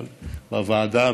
אבל בוועדה,